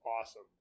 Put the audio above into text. awesome